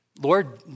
Lord